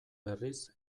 berriz